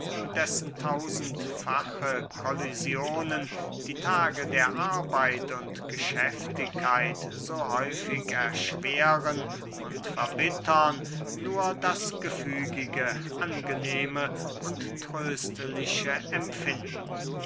dessen tausendfache kollisionen die tage der arbeit und geschäftigkeit so häufig erschweren und verbittern nur das gefügige angenehme und tröstliche empfinden